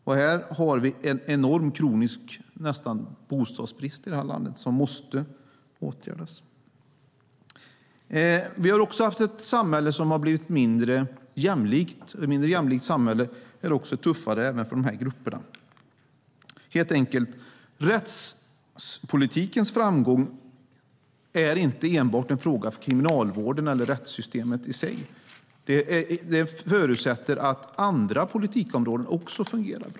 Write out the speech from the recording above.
I det här landet finns det en enorm, nästan kronisk bostadsbrist som måste åtgärdas. Samhället har också blivit mindre jämlikt, vilket också gör att det är tuffare för dessa grupper. Helt enkelt: Rättspolitikens framgång är inte enbart en fråga för kriminalvården eller för rättssystemet i sig. Det förutsätter att andra politikområden också fungerar.